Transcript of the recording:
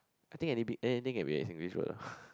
I think any bit anything can be a Singlish word ah